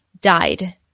died